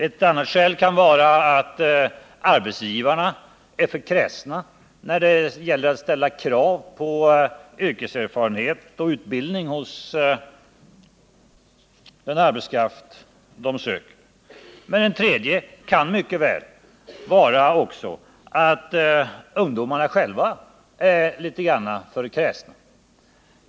En annan orsak kan vara att arbetsgivarna är för kräsna när det gäller att ställa krav på yrkeserfarenhet och utbildning hos den arbetskraft de söker. Och en tredje orsak kan mycket väl vara att en del ungdomar själva är litet för kräsna.